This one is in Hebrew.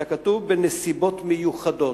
אלא כתוב "בנסיבות מיוחדות".